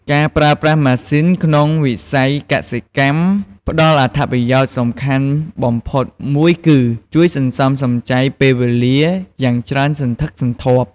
ការប្រើប្រាស់ម៉ាស៊ីនក្នុងវិស័យកសិកម្មផ្ដល់អត្ថប្រយោជន៍សំខាន់បំផុតមួយគឺ ជួយសន្សំសំចៃពេលវេលាយ៉ាងច្រើនសន្ធឹកសន្ធាប់។